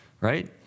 right